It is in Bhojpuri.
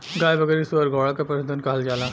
गाय बकरी सूअर घोड़ा के पसुधन कहल जाला